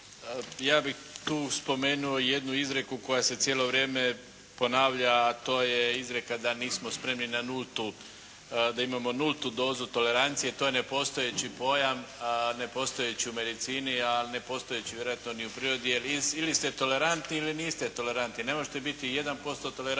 Ja bih tu spomenuo jednu izrijeku koja se cijelo vrijeme ponavlja, a to je izrijeka da nismo spremni na nultu, da imamo nultu dozu tolerancije, to je nepostojeći pojam, nepostojeći u medicini, ali nepostojeći vjerojatno ni u prirodi jer ili ste tolerantni ili niste tolerantni, ne možete biti jedan